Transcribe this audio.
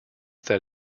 that